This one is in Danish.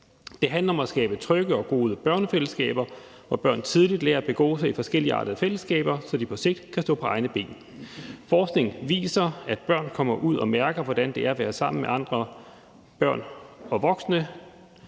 Det handler om at skabe trygge og gode børnefællesskaber, og at børn tidligt lærer at begå sig i forskelligartede fællesskaber, så de på sigt kan stå på egne ben. Forskning viser, at det er vigtigt, at børn kommer ud og mærker, hvordan det er at være sammen med andre børn og voksne,